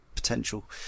potential